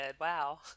wow